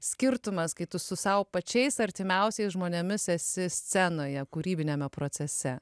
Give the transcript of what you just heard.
skirtumas kai tu su sau pačiais artimiausiais žmonėmis esi scenoje kūrybiniame procese